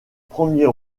premier